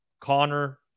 Connor